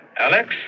Alex